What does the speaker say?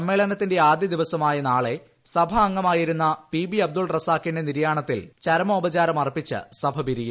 സമ്മേളനത്തിന്റെ ആദ്യ ദിവസമായ നാളെ സഭാംഗമായിരുന്ന പി ബി അബ്ദുൾ റസാക്കിന്റെ നിര്യാണത്തിൽ ചരമോപചാരം അർപ്പിച്ച് സഭ പിരിയും